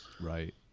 right